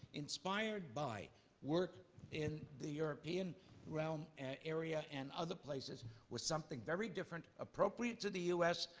inspired by work in the european realm area and other places, was something very different, appropriate to the us,